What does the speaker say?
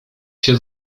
się